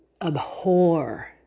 abhor